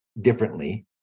differently